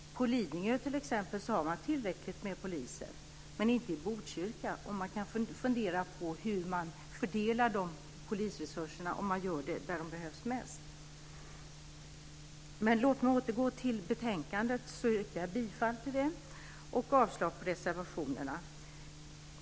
På Lidingö, t.ex., finns det tillräckligt med poliser, men inte i Botkyrka. Man kan fundera på hur polisresurserna fördelas och om de kommer till de områden där de behövs mest. Låt mig återgå till betänkandet. Jag yrkar bifall till förslaget i betänkandet och avslag på reservationerna.